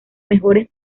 mejores